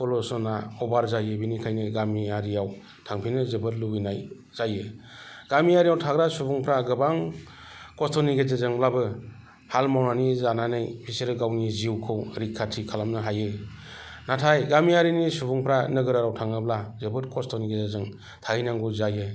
पलुशना अभार जायो बिनिखायनो गामियारिआव थांफिननो जोबोद लुगैनाय जायो गामियारियाव थाग्रा सुबुंफ्रा गोबां खस्थ'नि गेजेरजोंब्लाबो हाल मावनानै जानानै बिसोरो गावनि जिउखौ रैखाथि खालामनो हायो नाथाय गामियारिनि सुबुंफ्रा नोगोराव थाङोब्ला जोबोद खस्थनि गेजेरजों थाहैनांगौ जायो